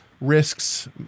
risks